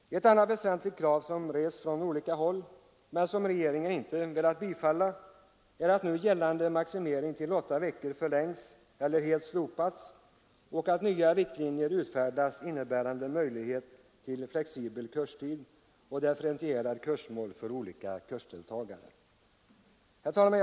Ett annat väsentligt krav som rests från olika håll men som regeringen inte velat bifalla är att nu gällande maximering till åtta veckor förlängs eller helt slopas och att nya riktlinjer utfärdas, innebärande möjlighet till flexibel kurstid och differentierat kursmål för olika kursdeltagare. Herr talman!